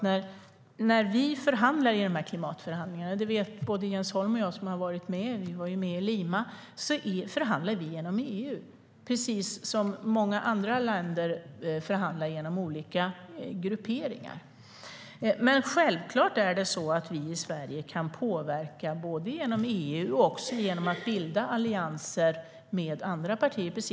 När vi deltar i klimatförhandlingarna - det vet Jens Holm och jag, som var med i Lima - förhandlar vi genom EU, precis som många andra länder förhandlar genom olika grupperingar. Självklart kan vi i Sverige påverka genom EU och också genom att bilda allianser med andra partier.